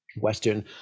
Western